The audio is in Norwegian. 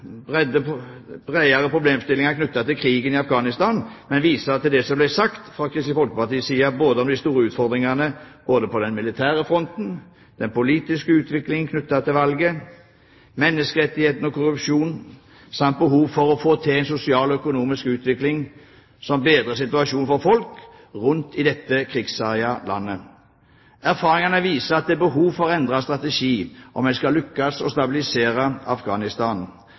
til krigen i Afghanistan, men vise til det som da ble sagt fra Kristelig Folkepartis side om de store utfordringene både på den militære fronten, den politiske utviklingen knyttet til valget, menneskerettighetene og korrupsjonen samt behovet for å få til en sosial og økonomisk utvikling som bedrer situasjonen for folk rundt i dette krigsherjede landet. Erfaringene viser at det er behov for å endre strategi om det skal lykkes å stabilisere Afghanistan,